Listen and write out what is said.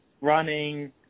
running